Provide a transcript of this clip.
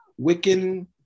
Wiccan